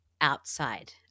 outside